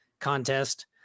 contest